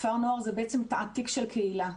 כפר נוער זה בעצם תעתיק של קהילה,